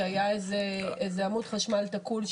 שהיה איזה עמוד חשמל תקול,